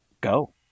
go